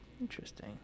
Interesting